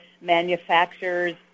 manufacturers